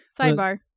Sidebar